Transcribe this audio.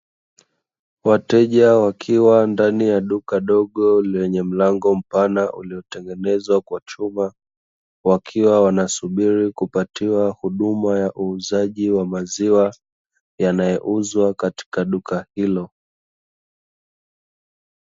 Wateja wakiwa ndani ya duka dogo lenye mlango mpana uliotengenezwa kwa chuma, wakiwa wanasubiri kupatiwa huduma ya uuzaji wa maziwa yanayouzwa katika duka hilo.